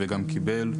וגם קיבל,